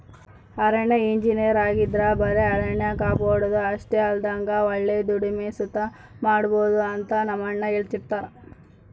ಅರಣ್ಯ ಇಂಜಿನಯರ್ ಆಗಿದ್ರ ಬರೆ ಅರಣ್ಯ ಕಾಪಾಡೋದು ಅಷ್ಟೆ ಅಲ್ದಂಗ ಒಳ್ಳೆ ದುಡಿಮೆ ಸುತ ಮಾಡ್ಬೋದು ಅಂತ ನಮ್ಮಣ್ಣ ಹೆಳ್ತಿರ್ತರ